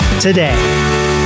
today